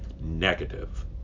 negative